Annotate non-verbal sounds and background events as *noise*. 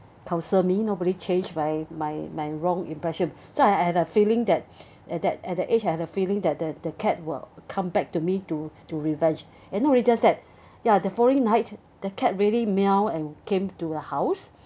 counsel me nobody change my my my wrong impression *breath* so I have have a feeling that *breath* at that at that age I have the feeling that the cat will come back to me to to revenge *breath* and not only just that *breath* ya the following night the cat really meow and came to the house